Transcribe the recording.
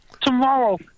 tomorrow